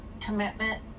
commitment